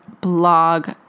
blog